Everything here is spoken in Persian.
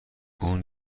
اون